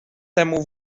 temu